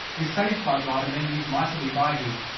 is saved by god and then use mightily by him.